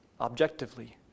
Objectively